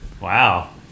Wow